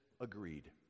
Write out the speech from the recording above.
agreed